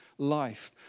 Life